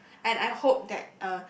and I hope that uh